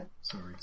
Sorry